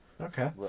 Okay